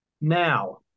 Now